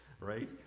right